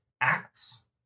Acts